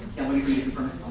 and we reconfirm